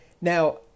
Now